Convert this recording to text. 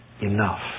enough